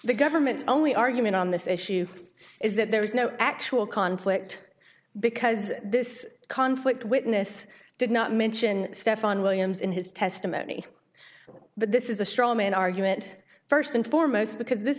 the government only argument on this issue is that there is no actual conflict because this conflict witness did not mention stefan williams in his testimony but this is a straw man argument first and foremost because this